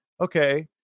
okay